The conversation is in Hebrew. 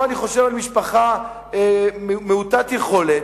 או משפחה מעוטת יכולת,